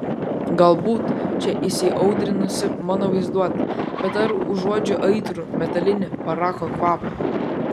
galbūt čia įsiaudrinusi mano vaizduotė bet ar užuodžiu aitrų metalinį parako kvapą